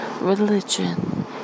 religion